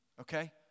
okay